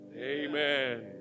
Amen